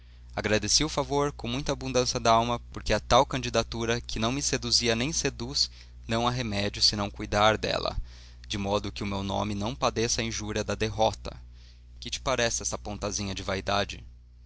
agradeci o favor com muita abundância dalma porque a tal candidatura que não me seduzia nem seduz não há remédio senão cuidar dela de modo que o meu nome não padeça a injúria da derrota que te parece esta pontazinha de vaidade